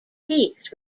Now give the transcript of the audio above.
peaks